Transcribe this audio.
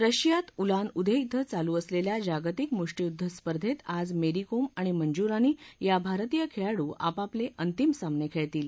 रशियात उलान उदे धिं चालू असलेल्या जागतिक मुष्टीयुद्ध स्पर्धेत आज मेरी कोम आणि मंजू रानी या भारतीय खेळाडू आपापले अंतिम सामने खेळतील